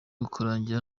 ukarangira